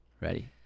Ready